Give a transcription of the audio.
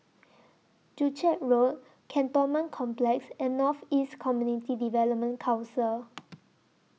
Joo Chiat Road Cantonment Complex and North East Community Development Council